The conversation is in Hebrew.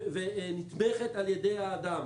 ונתמכת על ידי האדם.